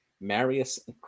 Marius